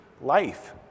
life